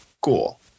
Cool